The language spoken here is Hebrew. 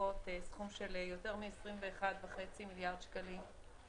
הקבועות סכום של יותר מ-21.5 מיליארד שקלים.